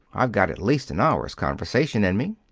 i've got at least an hour's conversation in me.